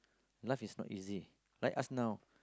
life is not easy like us now